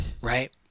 right